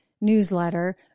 newsletter